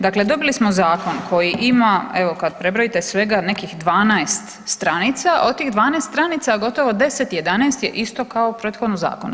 Dakle, dobili smo zakon koji ima evo kad prebrojite svega nekih 12 stranica, od tih 12 stranica gotovo 10, 11 isto kao u prethodnom zakonu.